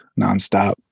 nonstop